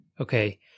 Okay